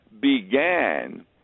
began